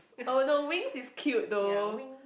oh no winks is quite though